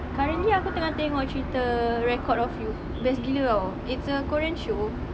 currently aku tengah tengok cerita record of you best gila tau it's a korean show